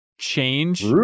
change